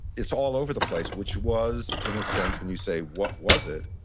it's all over the place, which was, in a sense, when you say what was it,